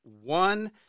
one